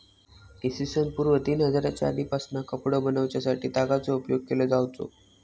इ.स पूर्व तीन हजारच्या आदीपासना कपडो बनवच्यासाठी तागाचो उपयोग केलो जावचो